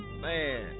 Man